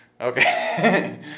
Okay